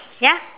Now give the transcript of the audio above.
ya